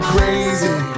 Crazy